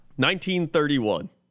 1931